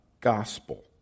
gospel